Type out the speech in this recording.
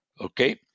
Okay